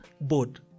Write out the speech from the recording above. board